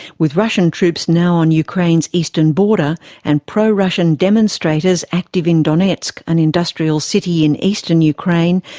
with russian troops now on ukraine's eastern border and pro-russian demonstrators active in donetsk, an industrial city in eastern ukraine,